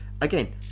again